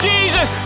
Jesus